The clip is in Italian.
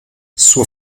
suo